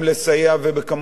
ובכמויות גדולות מאוד.